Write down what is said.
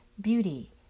Beauty